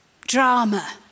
drama